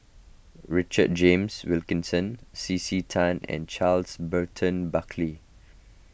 Richard James Wilkinson C C Tan and Charles Burton Buckley